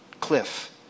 cliff